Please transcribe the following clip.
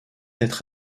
être